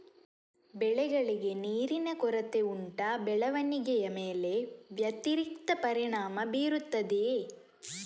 ಬೆಳೆಗಳಿಗೆ ನೀರಿನ ಕೊರತೆ ಉಂಟಾ ಬೆಳವಣಿಗೆಯ ಮೇಲೆ ವ್ಯತಿರಿಕ್ತ ಪರಿಣಾಮಬೀರುತ್ತದೆಯೇ?